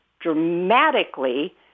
dramatically